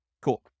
Cool